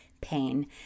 pain